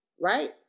Right